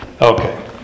Okay